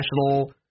national